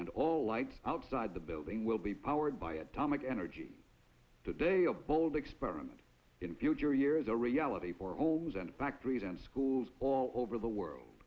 and all lights outside the building will be powered by atomic energy today a bold experiment in future years a reality for homes and factories and schools all over the world